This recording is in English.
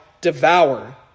devour